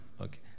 Okay